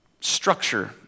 Structure